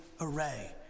array